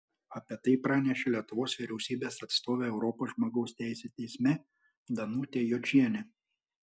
apie tai pranešė lietuvos vyriausybės atstovė europos žmogaus teisių teisme danutė jočienė